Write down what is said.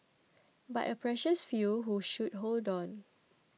but a precious few who should hold on